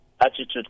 attitude